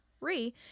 Re